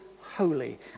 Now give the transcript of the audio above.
holy